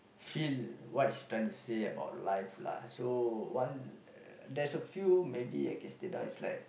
feel what he's trying to say about life lah so one uh there's a few maybe I can state down is like